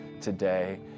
today